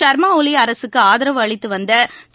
சர்மா ஒலி அரசுக்கு ஆதரவு அளித்து வந்த திரு